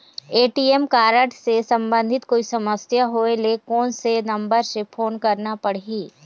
ATM card से संबंधित कोई समस्या होय ले, कोन से नंबर से फोन करना पढ़ही?